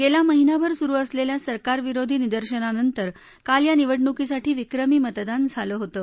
गेला महिनाभर सुरू असलेल्या सरकारविरोधी निदर्शनानंतर काल या निवडणुकीसाठी विक्रमी मतदान झालं होतं